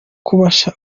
kubasha